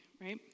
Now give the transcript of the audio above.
right